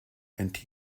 and